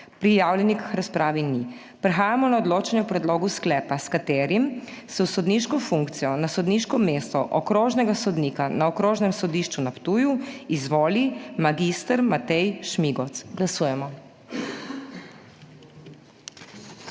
Prijavljenih k razpravi ni. Prehajamo na odločanje o predlogu sklepa, s katerim se v sodniško funkcijo na sodniško mesto okrožnega sodnika na Okrožnem sodišču na Ptuju izvoli mag. Matej Šmigoc. Glasujemo.